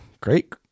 Great